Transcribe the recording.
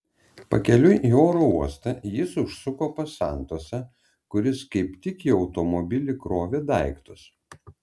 pakeliui į oro uostą jis užsuko pas santosą kuris kaip tik į automobilį krovė daiktus